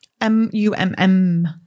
M-U-M-M